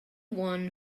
won